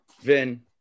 Vin